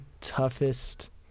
toughest